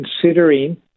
considering